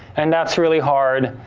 and that's really hard.